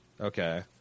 Okay